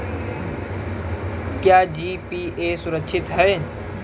क्या जी.पी.ए सुरक्षित है?